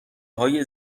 های